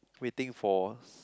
waiting for s~